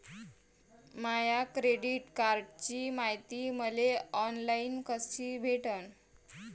माया credit कार्डची मायती मले ऑनलाईन कसी भेटन?